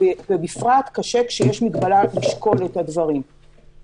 ובפרט קשה לשקול את הדברים כשיש מגבלה.